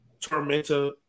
Tormenta